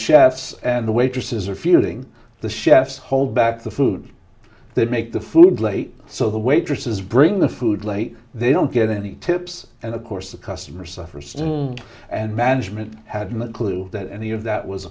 chefs and the waitresses are feeling the chefs hold back the food they make the food late so the waitresses bring the food late they don't get any tips and of course the customer suffer still and management hadn't a clue that any of that was